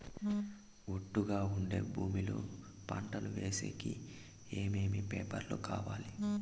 ఒట్టుగా ఉండే భూమి లో పంట వేసేకి ఏమేమి పేపర్లు కావాలి?